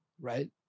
Right